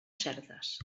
certes